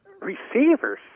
receivers